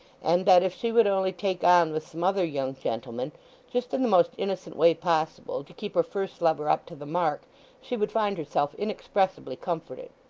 and that if she would only take on with some other young gentleman just in the most innocent way possible, to keep her first lover up to the mark she would find herself inexpressibly comforted.